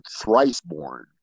thrice-born